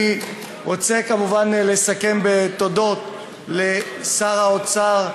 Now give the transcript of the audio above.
אני רוצה כמובן לסכם בתודות לשר האוצר,